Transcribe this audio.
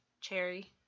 cherry